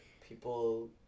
people